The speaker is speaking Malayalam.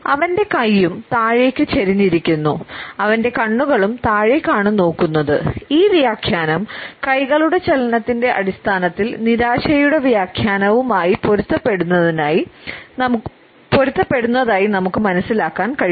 അവന്റെ കൈയും താഴേക്ക് ചരിഞ്ഞിരിക്കുന്നു അവന്റെ കണ്ണുകളും താഴേക്കാണ് നോക്കുന്നത് ഈ വ്യാഖ്യാനം കൈകളുടെ ചലനത്തിൻറെ അടിസ്ഥാനത്തിൽ നിരാശയുടെ വ്യാഖ്യാനവുമായി പൊരുത്തപ്പെടുന്നതായി നമുക്ക് മനസ്സിലാക്കാൻ കഴിയും